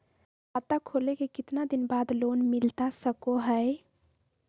खाता खोले के कितना दिन बाद लोन मिलता सको है?